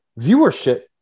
viewership